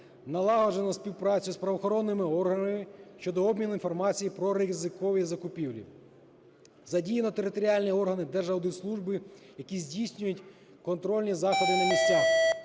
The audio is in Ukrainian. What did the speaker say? Налагоджено співпрацю з правоохоронними органами щодо обміну інформацією про ризикові закупівлі. Задіяно територіальні органи Держаудитслужби, які здійснюють контрольні заходи на місцях.